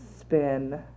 spin